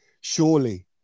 surely